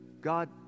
God